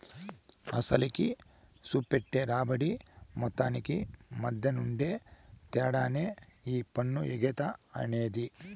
అసలుకి, సూపెట్టే రాబడి మొత్తానికి మద్దెనుండే తేడానే ఈ పన్ను ఎగేత అనేది